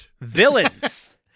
Villains